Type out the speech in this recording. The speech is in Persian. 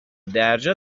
درجا